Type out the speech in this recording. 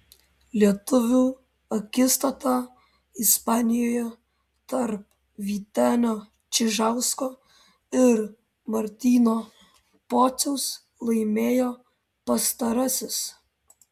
lietuvių akistatą ispanijoje tarp vytenio čižausko ir martyno pociaus laimėjo pastarasis